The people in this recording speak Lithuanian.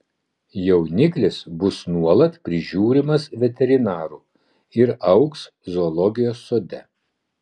jauniklis bus nuolat prižiūrimas veterinarų ir augs zoologijos sode